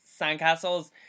sandcastles